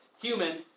human